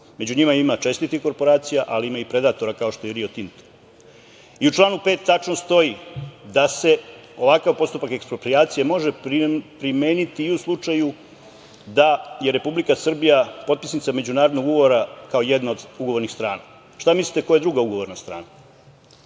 Među njima ima čestitih korporacija, ali ima i predatora kao što je Rio Tinto.U članu 5. tačno stoji da se ovakav postupak eksproprijacije može primeniti i u slučaju da je Republika Srbija potpisnica međunarodnog ugovora kao jedna od ugovornih strana. Šta mislite ko je druga ugovorna